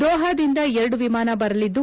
ದೋಹದಿಂದ ಎರಡು ವಿಮಾನ ಬರಲಿದ್ದು